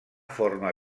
forma